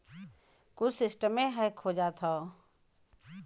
कुल सिस्टमे हैक हो जात हौ